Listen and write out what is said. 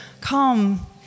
come